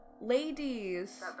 Ladies